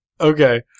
Okay